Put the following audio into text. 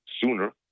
sooner